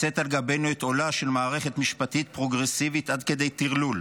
לשאת על גבנו את עולה של מערכת משפטית פרוגרסיבית עד כדי טרלול,